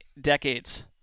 decades